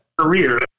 career